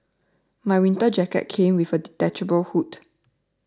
my winter jacket came with a detachable hood